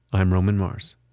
i'm roman mars